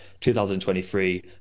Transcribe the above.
2023